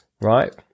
right